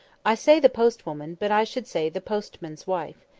i say the post-woman, but i should say the postman's wife.